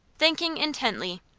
thinking intently.